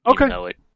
okay